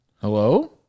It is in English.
Hello